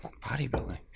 bodybuilding